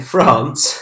France